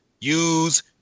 use